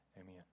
Amen